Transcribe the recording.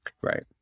Right